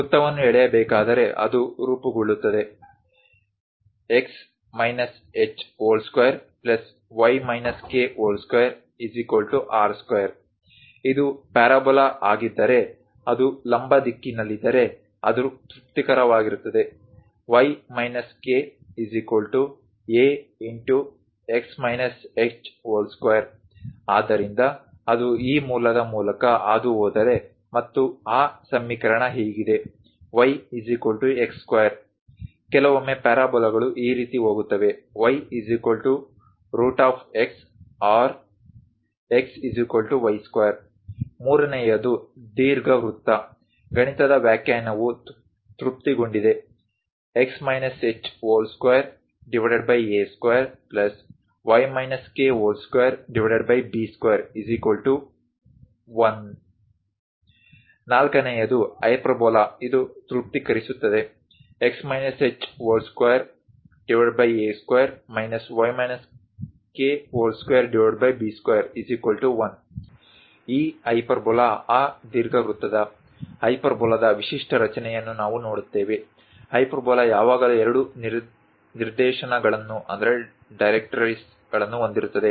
ವೃತ್ತವನ್ನು ಎಳೆಯಬೇಕಾದರೆ ಅದು ರೂಪುಗೊಳ್ಳುತ್ತದೆ x h2y k2r2 ಇದು ಪ್ಯಾರಾಬೋಲಾ ಆಗಿದ್ದರೆ ಅದು ಲಂಬ ದಿಕ್ಕಿನಲ್ಲಿದ್ದರೆ ಅದು ತೃಪ್ತಿಕರವಾಗಿರುತ್ತದೆ a×x h2 ಆದ್ದರಿಂದ ಅದು ಈ ಮೂಲದ ಮೂಲಕ ಹಾದು ಹೋದರೆ ಮತ್ತು ಆ ಸಮೀಕರಣ ಹೀಗಿದೆ yx2 ಕೆಲವೊಮ್ಮೆ ಪ್ಯಾರಾಬೋಲಾಗಳು ಈ ರೀತಿ ಹೋಗುತ್ತವೆ yx or xy2 ಮೂರನೆಯದು ದೀರ್ಘವೃತ್ತ ಗಣಿತದ ವ್ಯಾಖ್ಯಾನವು ತೃಪ್ತಿಗೊಂಡಿದೆ x h2a2y k2b21 ನಾಲ್ಕನೆಯದು ಹೈಪರ್ಬೋಲಾ ಇದು ತೃಪ್ತಿಕರಿಸುತ್ತದೆ x h2a2 y k2b21 ಈ ಹೈಪರ್ಬೋಲಾ ಆಹ್ ದೀರ್ಘವೃತ್ತದ ಹೈಪರ್ಬೋಲಾದ ವಿಶಿಷ್ಟ ರಚನೆಯನ್ನು ನಾವು ನೋಡುತ್ತೇವೆ ಹೈಪರ್ಬೋಲಾ ಯಾವಾಗಲೂ ಎರಡು ನಿರ್ದೇಶನಗಳನ್ನು ಹೊಂದಿರುತ್ತದೆ